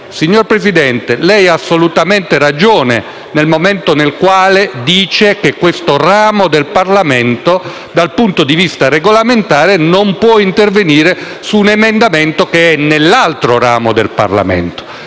Signor Presidente, lei ha assolutamente ragione nel momento in cui dice che questo ramo del Parlamento, dal punto di vista regolamentare, non può intervenire su un emendamento che è all'esame dell'altro ramo del Parlamento.